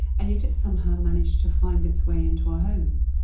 and yet, it somehow managed to find its way into our homes.